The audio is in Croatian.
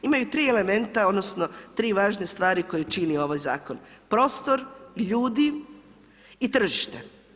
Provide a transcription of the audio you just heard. Imaju 3 elementa odnosno, 3 važne stvari koje čini ovaj zakon, prostor, ljudi i tržište.